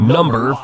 Number